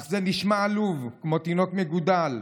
אך זה נשמע עלוב, כמו תינוק מגודל.